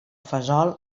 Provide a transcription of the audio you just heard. fesol